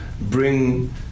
bring